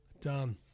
done